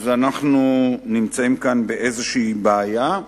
אנחנו נמצאים כאן באיזושהי בעיה.